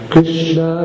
Krishna